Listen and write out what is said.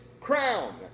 crown